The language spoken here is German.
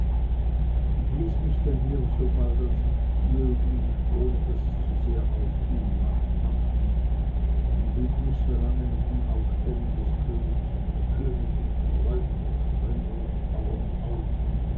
ich ließ mich daher so bald als immer möglich ohne daß es zu sehr auffiel matt machen und hielt mich so lange mit dem aufstellen des königs und der königin der läufer springer und bauern auf und